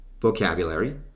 vocabulary